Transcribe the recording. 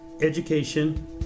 education